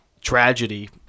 tragedy